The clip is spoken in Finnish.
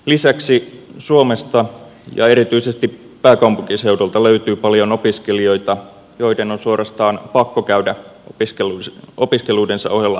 lisäksi suomesta ja erityisesti pääkaupunkiseudulta löytyy paljon opiskelijoita joiden on suorastaan pakko käydä opiskeluidensa ohella töissä